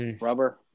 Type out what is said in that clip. rubber